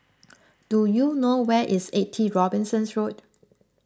do you know where is eighty Robinson's Road